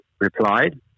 replied